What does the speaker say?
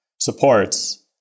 supports